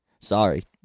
Sorry